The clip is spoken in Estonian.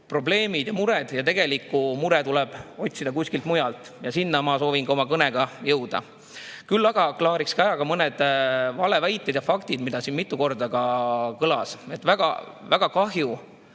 probleemid ja mured ning tegelikku muret tuleb otsida kuskilt mujalt. Sinna ma soovin ka oma kõnega jõuda. Küll aga klaariks ära mõned valeväited ja faktid, mis siin mitu korda kõlasid. Väga kahju